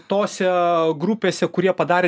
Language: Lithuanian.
tose grupėse kurie padarė